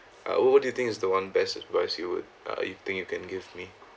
uh what do you think is the one best advice you would uh you think you can give me